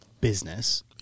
business